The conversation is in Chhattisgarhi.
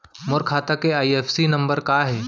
मोर खाता के आई.एफ.एस.सी नम्बर का हे?